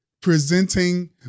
presenting